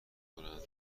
کنند